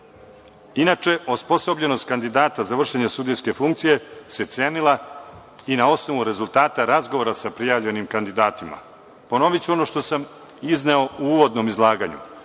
Inače, osposobljenost kandidata za vršenje sudijske funkcije se cenila i na osnovu rezultata razgovora sa prijavljenim kandidatima. Ponoviću ono što sam izneo u uvodnom izlaganju.